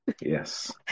Yes